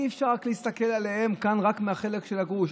אי-אפשר להסתכל עליהם כאן רק מהצד של הגרוש.